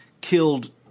killed